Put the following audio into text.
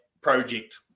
project